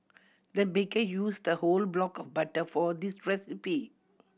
the baker used a whole block of butter for this recipe